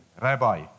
Rabbi